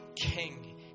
king